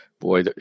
boy